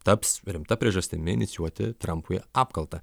taps rimta priežastimi inicijuoti trampui apkaltą